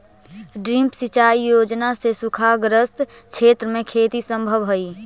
drip सिंचाई योजना से सूखाग्रस्त क्षेत्र में खेती सम्भव हइ